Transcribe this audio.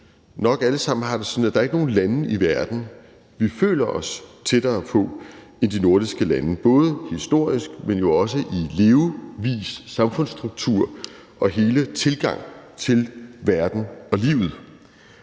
nok alle sammen har det sådan, at der ikke er nogen lande i verden, vi føler os tættere på, end de nordiske lande, både historisk, men jo også i levevis, samfundsstruktur og hele tilgangen til verden og livet.